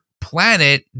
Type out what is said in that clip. planet